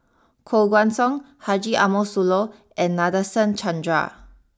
Koh Guan Song Haji Ambo Sooloh and Nadasen Chandra